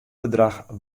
bedrach